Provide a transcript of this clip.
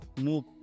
move